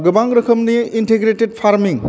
गोबां रोखोमनि integrated farming